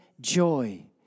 joy